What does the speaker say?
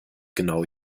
genau